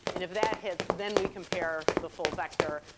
and if that hits, then we compare the full vector.